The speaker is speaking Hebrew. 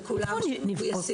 לכולם שמגויסים.